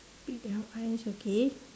big round eyes okay